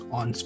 on